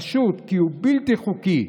פשוט כי הוא בלתי חוקי.